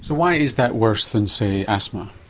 why is that worse than say asthma?